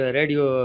radio